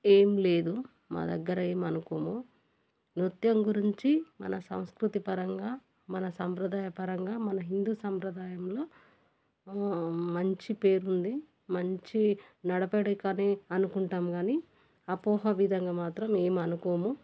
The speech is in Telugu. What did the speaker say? ఏమి లేదు మా దగ్గర ఏమి అనుకోము నృత్యం గురించి మన సంస్కృతి పరంగా మన సంప్రదాయ పరంగా మన హిందూ సంప్రదాయంలో మంచి పేరుంది మంచి నడవడిక అని అనుకుంటాము కానీ అపోహ విధంగా మాత్రం ఏమి అనుకోము